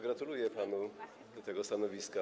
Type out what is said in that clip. Gratuluję panu tego stanowiska.